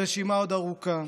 הרשימה עוד ארוכה,